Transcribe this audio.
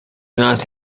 not